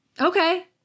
Okay